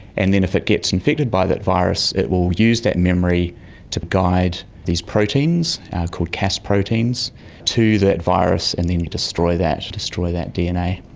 and then if it gets infected by that virus it will use that memory to guide these proteins called cas proteins to that virus and then destroy that destroy that dna.